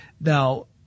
Now